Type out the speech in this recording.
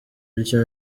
bityo